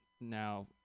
now